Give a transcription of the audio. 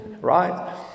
Right